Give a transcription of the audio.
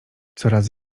coraz